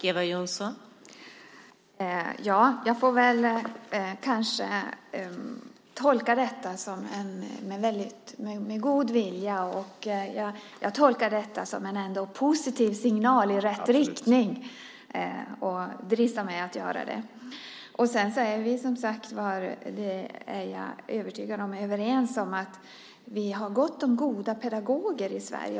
Fru talman! Jag får kanske tolka detta med god vilja och som en positiv signal i rätt riktning. Jag dristar mig att göra det. Jag är övertygad om att vi är överens om att vi har gott om goda pedagoger i Sverige. Jag skulle vilja vinkla in frågan på en lite annan och vidare nivå och avsluta med att konstatera att vi har duktiga pedagoger och specialpedagoger i Sverige.